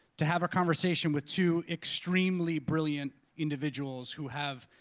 to have a conversation with two extremely brilliant individuals who have,